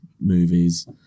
movies